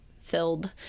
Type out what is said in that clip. filled